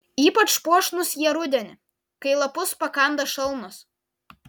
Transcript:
ypač puošnūs jie rudenį kai lapus pakanda šalnos